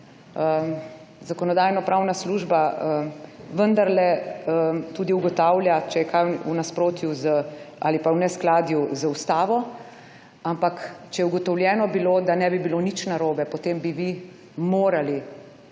Zakonodajno-pravna služba vendarle tudi ugotavlja, če je kaj v nasprotju z ali pa v neskladju z Ustavo, ampak, če je ugotovljeno bilo, da ne bi bilo nič narobe, potem bi vi morali